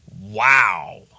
Wow